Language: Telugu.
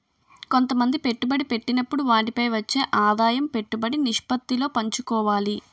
కొంతమంది పెట్టుబడి పెట్టినప్పుడు వాటిపై వచ్చే ఆదాయం పెట్టుబడి నిష్పత్తిలో పంచుకోవాలి